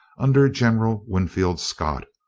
under general winfield scott,